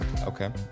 Okay